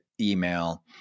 email